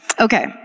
Okay